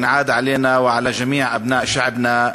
(אומר דברים בשפה הערבית,